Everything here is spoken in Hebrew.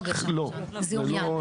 לא גשם ראשון, זיהום ים.